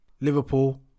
Liverpool